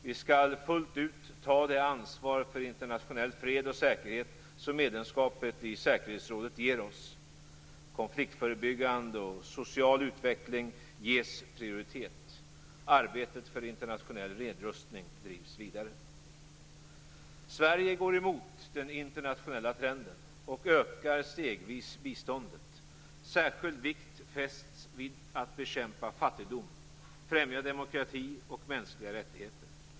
Vi skall fullt ut ta det ansvar för internationell fred och säkerhet som medlemskapet i säkerhetsrådet ger oss. Konfliktförebyggande och social utveckling ges prioritet. Arbetet för internationell nedrustning drivs vidare. Sverige går emot den internationella trenden och ökar stegvis biståndet. Särskild vikt fästs vid att bekämpa fattigdom, främja demokrati och mänskliga rättigheter.